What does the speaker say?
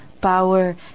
power